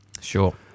Sure